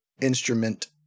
instrument